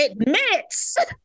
admits